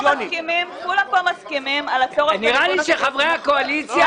כולם פה מסכימים על הצורך במיגון הניוד.